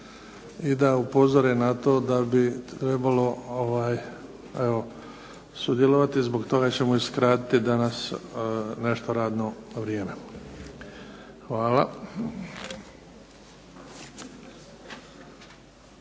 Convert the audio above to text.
i da upozore na to da bi trebalo evo sudjelovati, zbog toga ćemo i skratiti danas nešto radno vrijeme. Hvala.